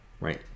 right